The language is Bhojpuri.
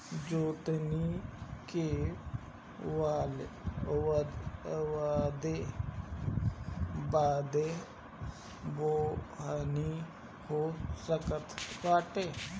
जोतनी के बादे बोअनी हो सकत बाटे